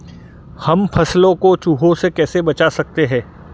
हम फसलों को चूहों से कैसे बचा सकते हैं?